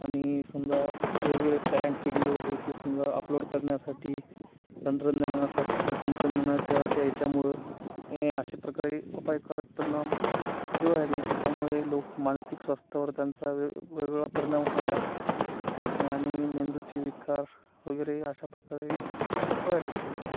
आणि समजा वेगवेगळे प्रँक व्हिडिओ हे ते समजा अपलोड करण्यासाठी तंत्रज्ञानासाठी तंत्रज्ञानाच्या त्या याच्यामुळं हे अशा प्रकारे अपायकारक परिणाम हे होऊ राहिले त्याच्यामुळे लोक मानसिक स्वास्थावर त्यांचा वेगवेगळा परिणाम व्हायला आणि मेंदूचे विकार वगैरे अशा प्रकारे व्हायालेत